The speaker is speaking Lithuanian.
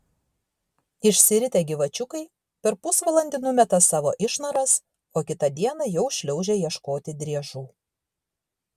išsiritę gyvačiukai per pusvalandį numeta savo išnaras o kitą dieną jau šliaužia ieškoti driežų